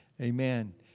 Amen